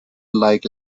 like